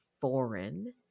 foreign